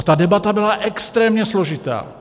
Ta debata byla extrémně složitá.